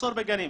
מחסור בגנים.